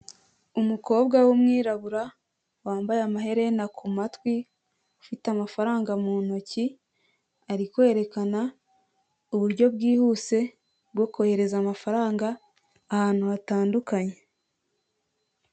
Umukobwa w'umwirabura, wambaye amaherena kumatwi, ufite amafaranga mu ntoki; ari kwerekana uburyo bwihuse bwo kohereza amafaranga ahantu hatandukanye.